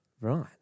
right